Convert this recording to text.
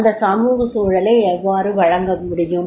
அந்த சமூக சூழலை எவ்வாறு வழங்க முடியும்